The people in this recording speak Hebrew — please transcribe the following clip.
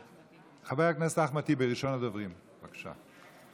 חבר הכנסת אחמד טיבי, ראשון הדוברים, בבקשה.